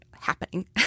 happening